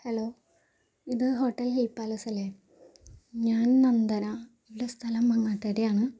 hello ഇത് hotel hill palace അല്ലേ ഞാൻ നന്ദന ഇവിടെ സ്ഥലം മങ്ങാട്ടുകരയാണ്